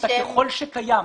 את ה"ככל שקיים".